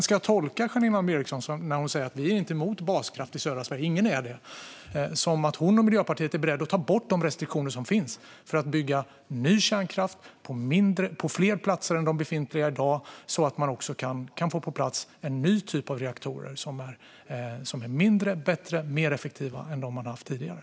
Ska jag tolka det Janine Alm Ericson säger om att Miljöpartiet inte är emot baskraft i södra Sverige, att ingen är det, som att hon och Miljöpartiet är beredda att ta bort de restriktioner som finns för att bygga ny kärnkraft på fler platser än de befintliga i dag så att man också kan få på plats en ny typ av reaktorer som är mindre, bättre och mer effektiva är dem man haft tidigare?